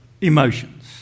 emotions